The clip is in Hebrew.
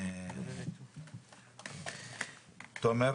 את תומר,